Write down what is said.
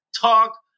talk